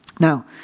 Now